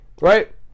right